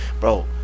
Bro